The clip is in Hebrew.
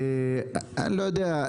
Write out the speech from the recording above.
אני לא יודע,